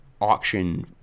auction